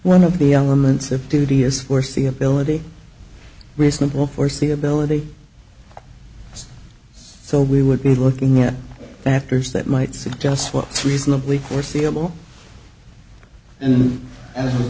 one of the elements of duty is foreseeability reasonable foreseeability so we would be looking at factors that might suggest what's reasonably foreseeable and as